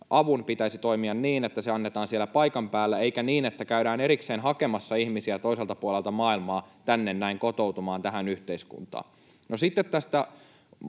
avun pitäisi toimia niin, että se annetaan siellä paikan päällä, eikä niin, että käydään erikseen hakemassa ihmisiä toiselta puolelta maailmaa tänne näin kotoutumaan tähän yhteiskuntaan. No, sitten tästä